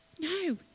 no